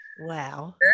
wow